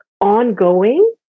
ongoing